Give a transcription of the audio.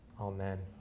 Amen